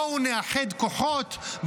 בואו נאחד כוחות,